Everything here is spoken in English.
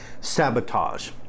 sabotage